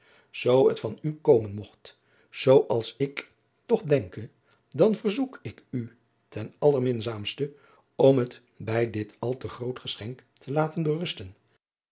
zoo het van u komen mogt zoo als ik toch denke dan ververzoek ik u ten allerminzaamste om het bij dit al te groot geschenk te laten berusten